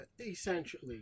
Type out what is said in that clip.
Essentially